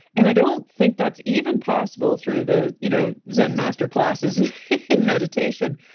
and i don't think that's even possible through the you know zen master classes in meditation.